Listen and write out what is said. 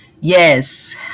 Yes